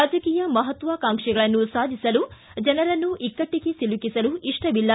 ರಾಜಕೀಯ ಮಹತ್ವಾಕಾಂಕ್ಷೆಗಳನ್ನು ಸಾಧಿಸಲು ಜನರನ್ನು ಇಕ್ಕಟ್ಟಿಗೆ ಸಿಲುಕಿಸಲು ಇಷ್ಟವಿಲ್ಲ